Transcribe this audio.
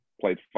Played